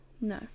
No